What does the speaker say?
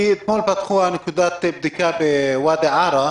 כי אתמול פתחו נקודת בדיקה בוואדי ערה,